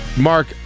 Mark